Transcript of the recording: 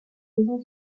saison